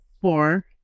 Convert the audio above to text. four